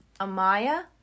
Amaya